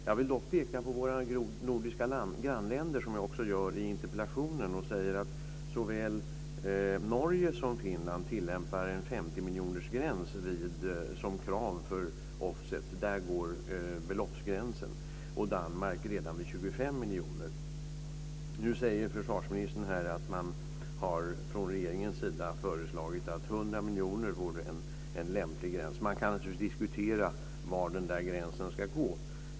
Jag vill dock peka på våra nordiska grannländer, som jag också gör i interpellationen, och säga att såväl Norge som Finland tillämpar en 50 miljonersgräns som krav för offset. Där går beloppsgränsen. I Danmark går den redan vid 25 miljoner. Nu säger försvarsministern att man från regeringens sida har föreslagit att 100 miljoner vore en lämplig gräns. Man kan naturligtvis diskutera var den gränsen ska gå.